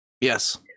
Yes